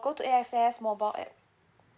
go to A_X_S mobile app